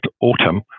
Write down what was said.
autumn